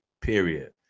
period